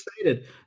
excited